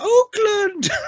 Oakland